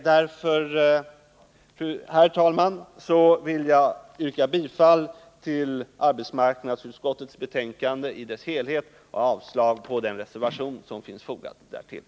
Därför, herr talman, vill jag yrka bifall till arbetsmarknadsutskottets hemställan i dess helhet och avslag på den reservation som finns fogad därtill.